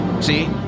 see